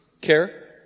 care